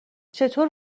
چطور